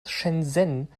shenzhen